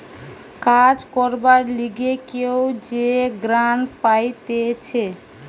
কাজ করবার লিগে কেউ যে গ্রান্ট পাইতেছে